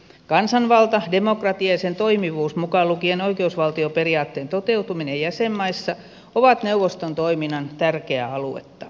kansanvalta demokratia sen toimivuus mukaan lukien oikeusvaltioperiaatteen toteutuminen jäsenmaissa on neuvoston toiminnan tärkeää aluetta